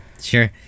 sure